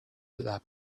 lap